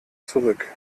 zurück